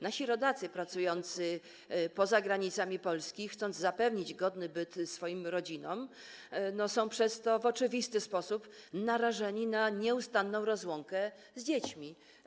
Nasi rodacy pracujący poza granicami Polski chcą zapewnić godny byt swoim rodzinom, przez co w oczywisty sposób są narażeni na nieustanną rozłąkę z dziećmi.